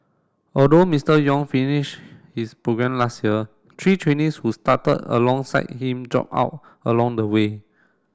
although Mister Yong finish his programme last year three trainees who started alongside him drop out along the way